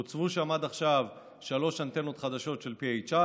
הוצבו שם עד עכשיו שלוש אנטנות חדשות של PHI,